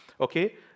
okay